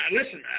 listen